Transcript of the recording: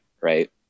right